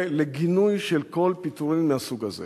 ובגינוי של כל פיטורים מהסוג הזה.